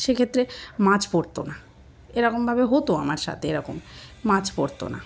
সেক্ষেত্রে মাছ পড়তো না এরকমভাবে হতো আমার সাথে এরকম মাছ পড়তো না